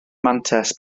mantais